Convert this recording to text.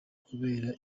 kubera